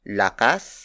lakas